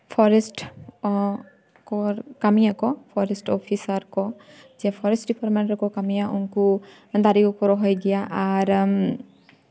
forest ᱠᱚ ᱠᱟᱹᱢᱤᱭᱟᱠᱚ forest officer ᱠᱚ ᱡᱮ ᱯᱷᱚᱨᱮᱥᱴ ᱰᱤᱯᱟᱨᱢᱮᱱᱴ ᱨᱮᱠᱚ ᱠᱟᱹᱢᱤᱭᱟ ᱩᱱᱠᱩ ᱫᱟᱨᱮ ᱠᱚᱠᱚ ᱨᱚᱦᱚᱭ ᱜᱮᱭᱟ ᱟᱨ